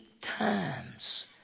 times